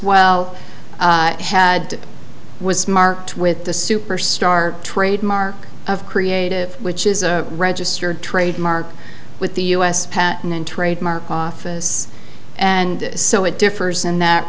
well had was marked with the superstar trademark of creative which is a registered trademark with the u s patent and trademark office and so it differs in that